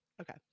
Okay